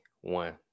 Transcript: one